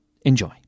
Enjoy